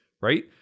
right